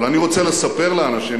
אבל אני רוצה לספר לאנשים,